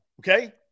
Okay